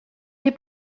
nie